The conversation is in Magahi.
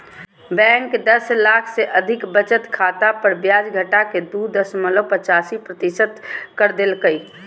बैंक दस लाख से अधिक बचत खाता पर ब्याज घटाके दू दशमलब पचासी प्रतिशत कर देल कय